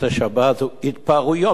"התפרעויות החרדים",